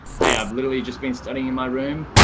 hey, i've literally just been studying in my room.